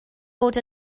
bod